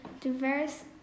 diverse